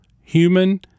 human